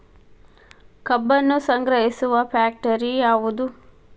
ಕಬ್ಬನ್ನು ಸಂಗ್ರಹಿಸುವ ಫ್ಯಾಕ್ಟರಿ ಯಾವದು?